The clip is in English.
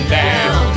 down